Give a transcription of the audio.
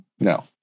No